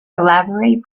elaborate